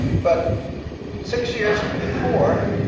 but six years before,